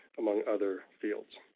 among other fields.